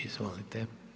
Izvolite.